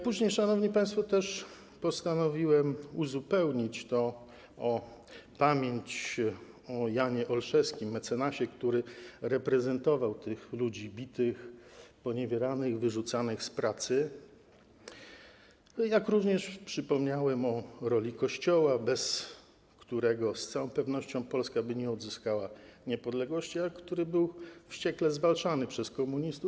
Później postanowiłem uzupełnić to o pamięć o Janie Olszewskim, mecenasie, który reprezentował tych ludzi bitych, poniewieranych, wyrzucanych z pracy, jak również przypomniałem o roli Kościoła, bez którego z całą pewnością Polska by nie odzyskała niepodległości, a który był wściekle zwalczany przez komunistów.